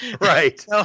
Right